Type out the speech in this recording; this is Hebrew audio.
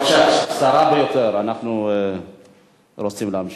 בבקשה, קצרה ביותר, אנחנו רוצים להמשיך.